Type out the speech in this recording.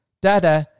Dada